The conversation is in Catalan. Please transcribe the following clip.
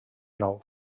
nou